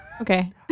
okay